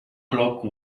clock